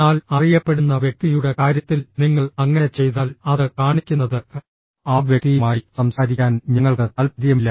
എന്നാൽ അറിയപ്പെടുന്ന വ്യക്തിയുടെ കാര്യത്തിൽ നിങ്ങൾ അങ്ങനെ ചെയ്താൽ അത് കാണിക്കുന്നത് ആ വ്യക്തിയുമായി സംസാരിക്കാൻ ഞങ്ങൾക്ക് താൽപ്പര്യമില്ല